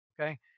Okay